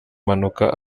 mpanuka